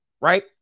right